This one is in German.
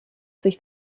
sich